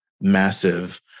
massive